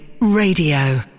Radio